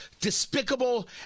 despicable